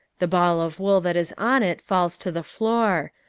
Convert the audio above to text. the ball of wool that is on it falls to the floor.